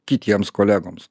kitiems kolegoms